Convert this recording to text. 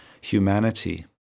humanity